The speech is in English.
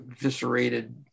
eviscerated